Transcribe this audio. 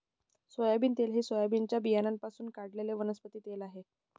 soybean तेल हे सोयाबीनच्या बियाण्यांपासून काढलेले वनस्पती तेल आहे